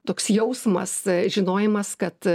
toks jausmas žinojimas kad